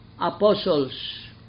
apostles